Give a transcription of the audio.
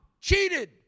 cheated